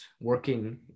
working